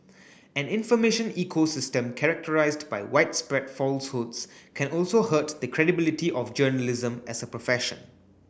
an information ecosystem characterised by widespread falsehoods can also hurt the credibility of journalism as a profession